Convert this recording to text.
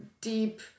deep